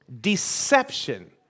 deception